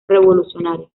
revolucionario